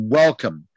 welcome